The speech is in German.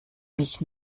mich